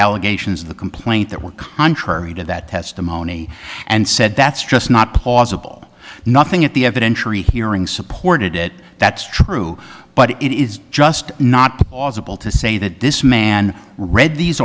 allegations of the complaint that were contrary to that testimony and said that's just not plausible nothing at the evidentiary hearing supported it that's true but it is just not plausible to say that this man read these